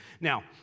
Now